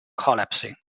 collapsing